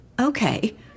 okay